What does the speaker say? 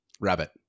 Rabbit